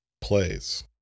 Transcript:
plays